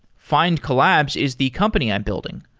findcollabs is the company i'm building.